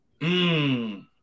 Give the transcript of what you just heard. Mmm